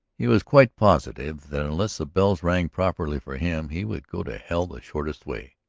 he was quite positive that unless the bells rang properly for him he would go to hell the shortest way.